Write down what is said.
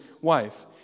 wife